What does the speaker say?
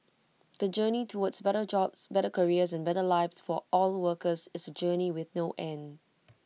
the journey towards better jobs better careers and better lives for all workers is A journey with no end